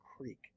Creek